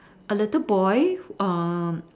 a little boy um